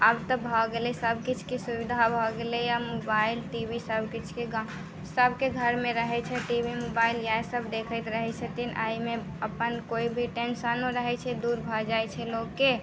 आब तऽ भऽ गेलै सभकिछुके सुविधा भऽ गेलैए मोबाइल टीवी सभकिछुके सभके घरमे रहैत छै टीवी मोबाइल इएह सभ देखैत रहैत छथिन आ एहिमे अपन कोइ भी टेंसनो रहैत छै दूर भऽ जाइत छै लोकके